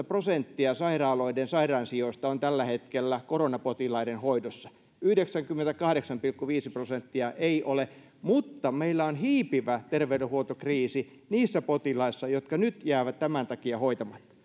prosenttia sairaaloiden sairaansijoista on tällä hetkellä koronapotilaiden hoidossa yhdeksänkymmentäkahdeksan pilkku viisi prosenttia ei ole mutta meillä on hiipivä terveydenhuoltokriisi niissä potilaissa jotka nyt jäävät tämän takia hoitamatta